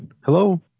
Hello